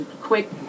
quick